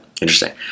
interesting